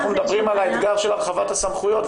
אנחנו מדברים על האתגר של הרחבת הסמכויות,